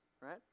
right